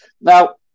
Now